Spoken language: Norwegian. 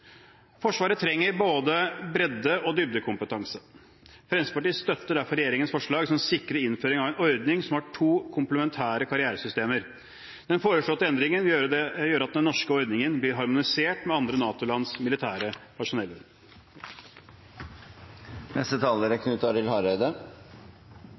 Forsvaret trenger både bredde- og dybdekompetanse. Fremskrittspartiet støtter derfor regjeringens forslag som sikrer innføring av en ordning som har to komplementære karrieresystemer. Den foreslåtte endringen vil gjøre at den norske ordningen blir harmonisert med andre NATO-lands militære personellordninger. Me behandlar i dag viktige endringar i Forsvarets personell- og befalsordningar. Det er